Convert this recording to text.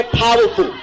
powerful